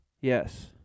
Yes